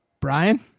Brian